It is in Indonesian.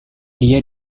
dia